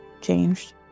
changed